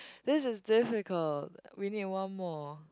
this is difficult we need one more